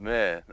Man